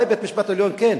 אולי בית-משפט עליון כן,